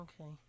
okay